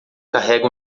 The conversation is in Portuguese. carrega